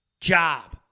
job